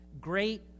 great